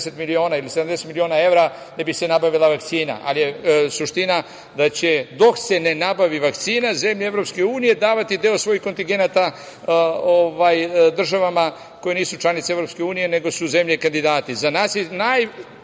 odobreno 70 miliona evra da bi se nabavila vakcina, ali je suština da će dok se ne nabavi vakcina zemlje EU davati deo svojih kontigenata državama koje nisu članice EU, nego su zemlje kandidati.Za nas je najbolja